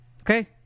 Okay